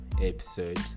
episode